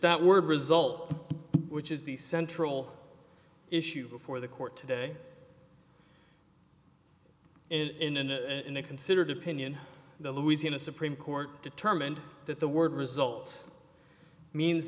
that word result which is the central issue before the court today in an a in a considered opinion the louisiana supreme court determined that the word result means